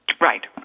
Right